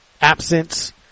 absence